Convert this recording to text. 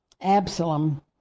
Absalom